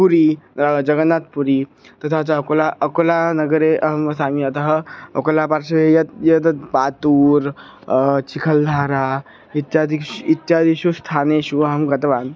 पुरी जगन्नात्पुरी तथा च कोला अकोलानगरे अहं वसामि अतः अकोला पार्श्वे यत् यत् पातूर् चिखल्हारा इत्यादीनि इत्यादीनि स्थानानि अहं गतवान्